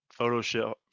Photoshop